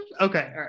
Okay